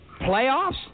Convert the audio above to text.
Playoffs